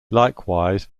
likewise